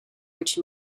which